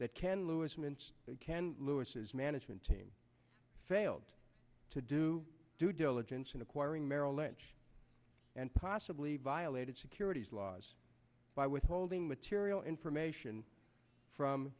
that ken lewis meant lewis's management team failed to do due diligence in acquiring merrill lynch and possibly violated securities laws by withholding material information from